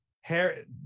Harry